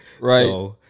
right